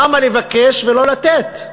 למה לבקש ולא לתת?